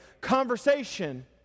conversation